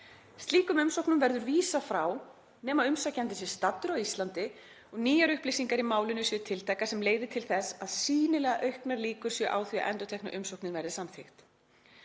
Slíkum umsóknum verður vísað frá nema umsækjandinn sé staddur á Íslandi og nýjar upplýsingar í málinu séu tiltækar sem leiði til þess að sýnilega auknar líkur séu á því að endurtekna umsóknin verði samþykkt.